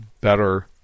better